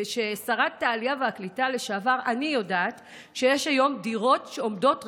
כשרת העלייה והקליטה לשעבר אני יודעת שיש היום דירות שעומדות ריקות,